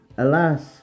Alas